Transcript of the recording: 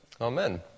Amen